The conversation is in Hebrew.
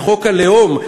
לחוק הלאום,